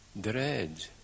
dread